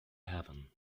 heaven